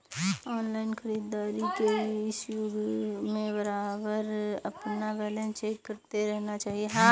online खरीदारी के इस युग में बारबार अपना बैलेंस चेक करते रहना चाहिए